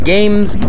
Games